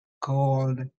called